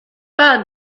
par